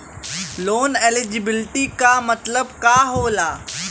Loan eligibility का मतलब का होला?